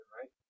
right